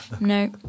No